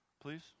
Please